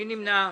מי נמנע?